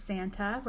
Santa